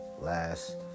last